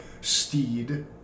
steed